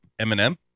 Eminem